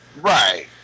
Right